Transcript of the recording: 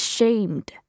Ashamed